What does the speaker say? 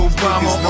Obama